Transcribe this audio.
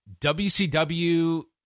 WCW